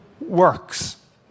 works